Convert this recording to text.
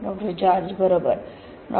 डॉ George बरोबर डॉ